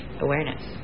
awareness